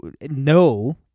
no